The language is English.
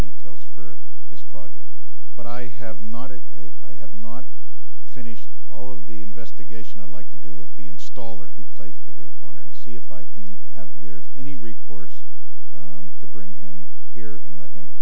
details for this project but i have not it i have not finished all of the investigation i'd like to do with the installer who placed the roof on and see if i can have there's any recourse to bring him here and let him